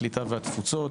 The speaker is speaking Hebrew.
הקליטה והתפוצות.